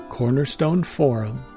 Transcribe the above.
cornerstoneforum